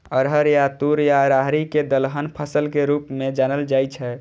अरहर या तूर या राहरि कें दलहन फसल के रूप मे जानल जाइ छै